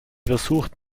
versucht